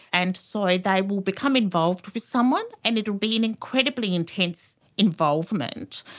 and so they will become involved with someone, and it will be an incredibly intense involvement.